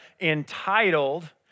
entitled